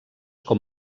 com